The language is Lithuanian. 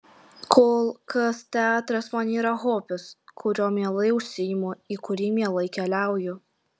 kol kas teatras man yra hobis kuriuo mielai užsiimu į kurį mielai keliauju